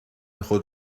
خود